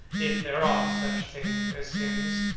if there are such things as sins,